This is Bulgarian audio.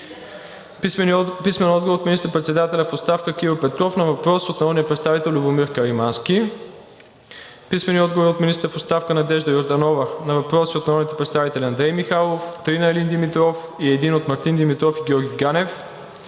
Пламен Абровски; - министър-председателя в оставка Кирил Петков на въпрос от народния представител Любомир Каримански; - министъра в оставка Надежда Йорданова на въпроси от народните представители Андрей Михайлов; три на Илин Димитров и един от Мартин Димитров, и Георги Ганев;